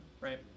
right